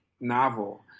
novel